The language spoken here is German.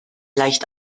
leicht